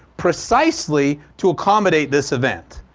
precisely to accommodate this event.